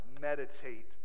meditate